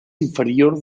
inferior